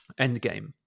Endgame